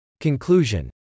Conclusion